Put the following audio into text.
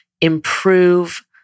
improve